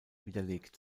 widerlegt